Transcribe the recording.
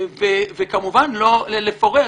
וכמובן לא לפורר,